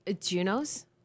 Junos